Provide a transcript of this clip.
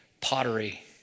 pottery